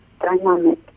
dynamic